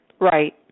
Right